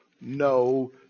no